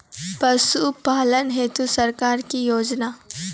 पशुपालन हेतु सरकार की योजना?